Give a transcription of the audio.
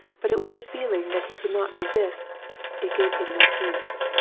but it was a feel ing that he could not resist it gave him no peace.